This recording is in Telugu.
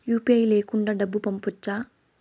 యు.పి.ఐ లేకుండా డబ్బు పంపొచ్చా